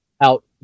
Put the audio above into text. out